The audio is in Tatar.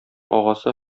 агасы